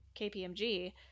KPMG